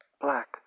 black